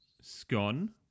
scone